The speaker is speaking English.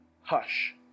Hush